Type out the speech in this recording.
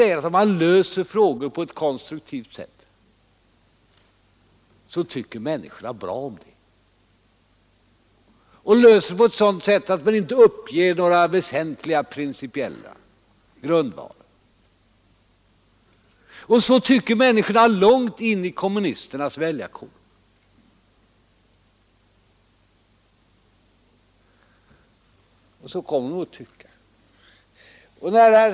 Jo, att om man löser frågor på ett konstruktivt sätt och så att man inte uppger några väsentliga principiella grundvalar, tycker människorna om det. Så tycker människorna långt in i kommunisternas väljarkår, och så kommer de att tycka.